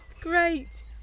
great